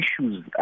issues